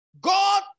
God